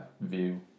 view